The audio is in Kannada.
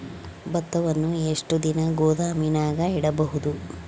ಭತ್ತವನ್ನು ಎಷ್ಟು ದಿನ ಗೋದಾಮಿನಾಗ ಇಡಬಹುದು?